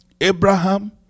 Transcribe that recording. Abraham